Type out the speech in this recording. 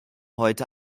heute